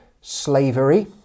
slavery